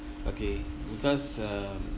okay because um